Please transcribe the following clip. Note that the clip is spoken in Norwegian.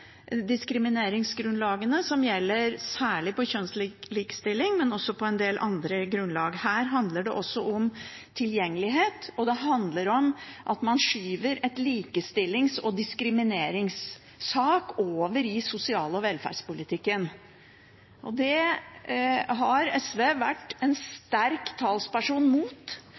diskrimineringsgrunnlagene som gjelder særlig for kjønnslikestilling, og også en del andre grunnlag. Her handler det om tilgjengelighet, og det handler om at man skyver en likestillings- og diskrimineringssak over i sosial- og velferdspolitikken. Det har SV vært en sterk talsperson mot,